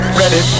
ready